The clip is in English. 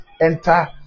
enter